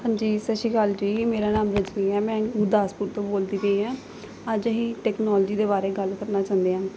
ਸਤਿ ਸ਼੍ਰੀ ਅਕਾਲ ਜੀ ਮੇਰਾ ਨਾਮ ਰਜਨੀ ਹੈ ਮੈਂ ਗੁਰਦਾਸਪੁਰ ਤੋਂ ਬੋਲਦੀ ਪਈ ਆ ਅੱਜ ਅਸੀਂ ਟੈਕਨੋਲੋਜੀ ਦੇ ਬਾਰੇ ਗੱਲ ਕਰਨਾ ਚਾਹੁੰਦੇ ਆਂ